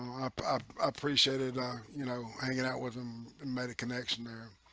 appreciated you know hanging out with him made a connection there,